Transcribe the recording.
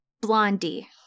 Blondie